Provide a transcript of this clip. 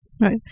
Right